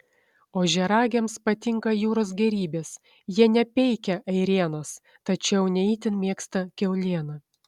ožiaragiams patinka jūros gėrybės jie nepeikia ėrienos tačiau ne itin mėgsta kiaulieną